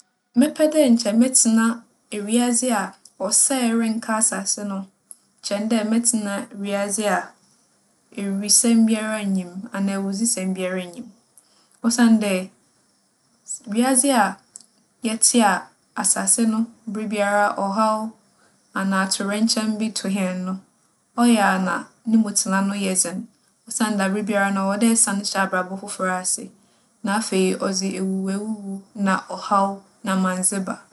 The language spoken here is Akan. Mɛpɛ dɛ nkyɛ mɛtsena ewiadze a ͻsɛɛ rennka asaase no kyɛn dɛ mɛtsena ewiadze a ewisɛm biara nnyi mu anaa ewudzisɛm biara nnyi mu. Osiandɛ, s - wiadze a yɛtse a asaase no, berbiara, ͻhaw anaa atowerɛnkyɛm bi to hɛn no, ͻyɛ a na no mu tsena no yɛ dzen. Osiandɛ aberbiara no, ͻwͻ dɛ esan hyɛ abrabͻ fofor ase. Na afei ͻdze ewuwu ewuwu na ͻhaw na amandze ba.